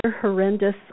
horrendous